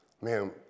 man